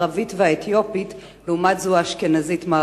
הערבית והאתיופית לעומת זו האשכנזית-מערבית.